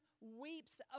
weeps